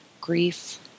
grief